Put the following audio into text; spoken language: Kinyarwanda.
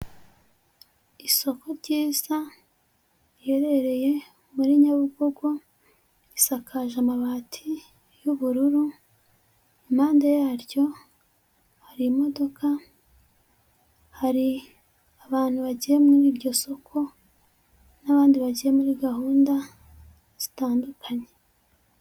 Isoko ryiza, riherereye muri Nyabugogo, risakaje amabati y'ubururu, impande yaryo hari imodoka, hari abantu bagiye muri iryo soko n'abandi bagiye muri gahunda zitandukanye.